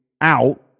out